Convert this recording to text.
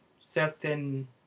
certain